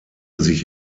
sich